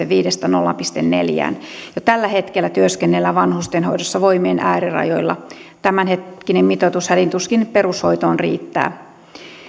viidestä nolla pilkku neljään jo tällä hetkellä työskennellään vanhustenhoidossa voimien äärirajoilla tämänhetkinen mitoitus hädin tuskin riittää perushoitoon